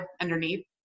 underneath